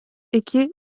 iki